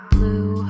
Blue